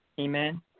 amen